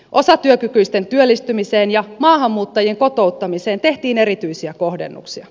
osatyökykyisten työllistymiseen ja maahanmuuttajien kotouttamiseen tehtiin erityisiä kohdennuksia